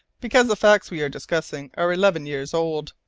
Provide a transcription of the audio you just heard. because the facts we are discussing are eleven years old.